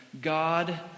God